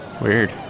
Weird